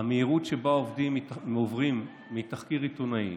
המהירות שבה עוברים מתחקיר עיתונאי